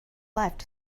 left